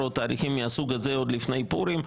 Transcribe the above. או תאריכים מהסוג הזה עוד לפני פורים,